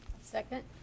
Second